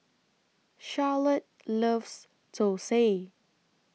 Charlotte loves Thosai